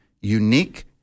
unique